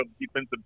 defensive